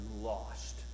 lost